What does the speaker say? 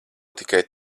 tikai